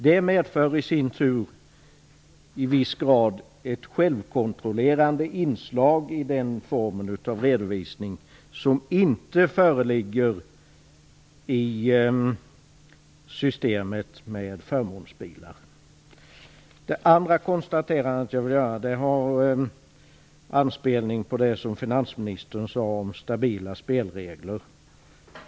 Det medför i sin tur i viss grad ett självkontrollerande inslag i den formen av redovisning, som inte föreligger i systemet med förmånsbilar. Jag vill också göra en kommentar beträffande det finansministern sade om stabila spelregler.